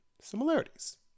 similarities